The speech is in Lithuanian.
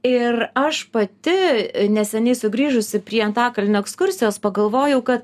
ir aš pati neseniai sugrįžusi prie antakalnio ekskursijos pagalvojau kad